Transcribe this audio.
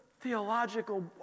Theological